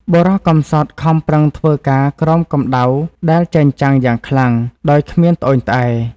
បុរសកំសត់ខំប្រឹងធ្វើការក្រោមកំដៅដែលចែងចាំង យ៉ាងខ្លាំង ដោយគ្មានត្អូញត្អែរ ។